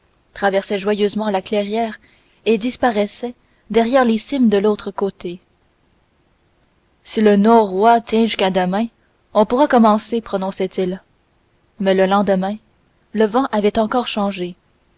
traversaient joyeusement la clairière et disparaissaient derrière les cimes de l'autre côté si le norouâ tient jusqu'à demain on pourra commencer prononça-t-il mais le lendemain le vent avait encore changé